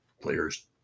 players